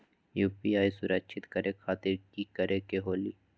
UPI सुरक्षित करे खातिर कि करे के होलि?